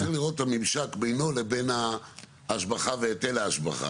אבל אני צריך לראות את הממשק בינו לבין ההשבחה והיטל ההשבחה.